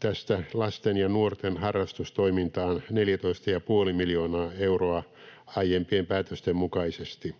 tästä lasten ja nuorten harrastustoimintaan 14,5 miljoonaa euroa aiempien päätösten mukaisesti.